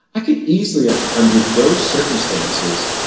i could easily, ah under those circumstances,